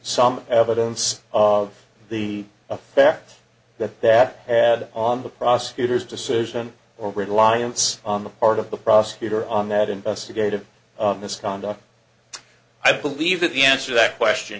some evidence of the effect that that had on the prosecutor's decision or reliance on the part of the prosecutor on that investigative misconduct i believe that the answer that question